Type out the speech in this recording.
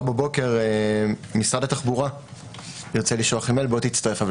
בבוקר משרד התחבורה ירצה לשלוח מייל הצטרפות.